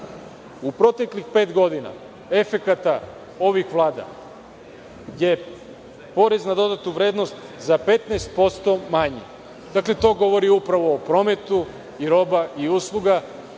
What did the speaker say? u proteklih pet godina efekata ovih vlada je porez na dodatu vrednost za 15% manji. To govori upravo o prometu roba i usluga